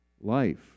Life